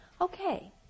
Okay